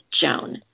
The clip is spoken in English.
Joan